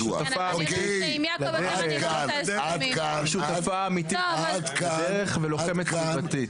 היא שותפה אמיתית לדרך ולוחמת סביבתית.